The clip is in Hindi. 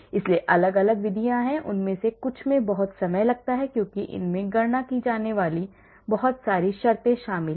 इसलिए अलग अलग विधियां हैं उनमें से कुछ में बहुत समय लगता है क्योंकि इसमें गणना की जाने वाली बहुत सारी शर्तें शामिल हैं